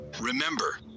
Remember